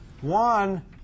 One